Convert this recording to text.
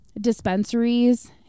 dispensaries